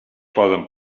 poden